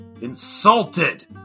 insulted